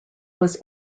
was